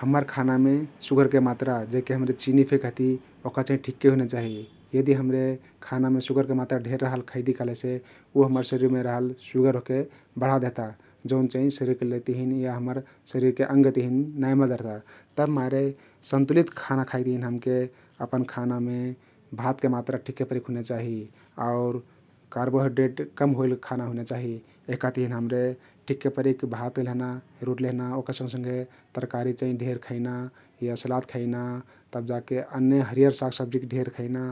हम्मर खानामे सुगरके मात्रा जेहके हम्रे चिनी फे कहती ओहका चाहिं ठिक्के हुइना चाहि । यदी हमरे खानामे सुगरके मात्रा ढेर रहल खैती कहलेसे उ हम्मर शरिरमे रहल सुगर ओहके बढा देहता जउन चाहिं शरिरके तहिन या हम्मर शरिरके अङ्ग तिहिन नाई मजा रहता । तभिमारे सन्तुलित खाना खाईक तहिन हमके अपन खानामे भातके मात्रा ठिक्के परिक हिइना चाही आउर कार्बोहाइड्रेड कम होइल खाना हुइना चाहि । यहका तहिन हम्रे ठिक्के परिक भात लेहना रोटी लेहना आउ वहका सँघसँघे तरकारि चाहिं ढेर खैना या सलाद खैना तब जाके अन्य हरियर सब्जी ढेर खैना